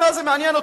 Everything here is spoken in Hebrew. מה זה מעניין אותו,